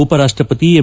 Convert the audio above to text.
ಉಪರಾಷ್ಟ ಪತಿ ಎಂ